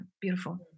Beautiful